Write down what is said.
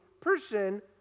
person